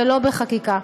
ולא בחקיקה.